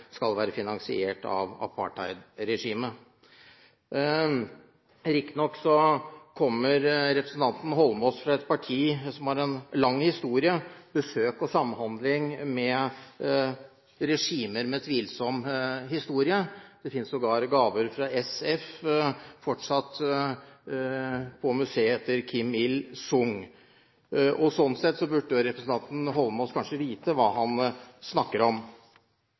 skal ha vært finansiert av apartheidregimet. Riktignok kommer representanten Holmås fra et parti som har en lang historie med besøk til og samhandling med regimer med tvilsom historie. Det finnes sågar fortsatt gaver fra SF på museet til Kim Il Sung. Sånn sett burde representanten Holmås kanskje vite hva han snakker om.